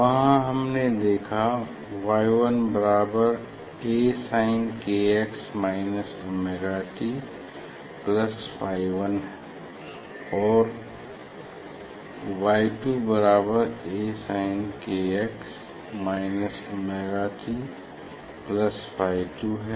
वहाँ हमने देखा Y 1 बराबर A sin k x minus omega t plus phi 1 और Y 2 बराबर A sin k x minus omega t plus phi 2 है